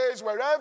wherever